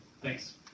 Thanks